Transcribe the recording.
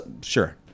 sure